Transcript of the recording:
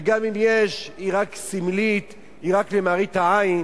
וגם אם יש, היא רק סמלית, היא רק למראית עין.